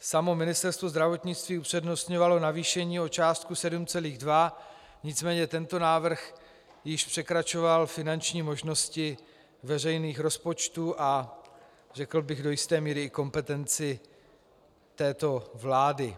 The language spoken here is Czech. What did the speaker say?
Samo Ministerstvo zdravotnictví upřednostňovalo navýšení o částku 7,2 mld., nicméně tento návrh již překračoval finanční možnosti veřejných rozpočtů a, řekl bych, do jisté míry i kompetenci této vlády.